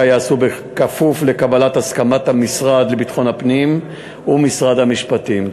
ייעשו בכפוף לקבלת הסכמת המשרד לביטחון הפנים ומשרד המשפטים.